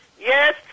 Yes